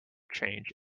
change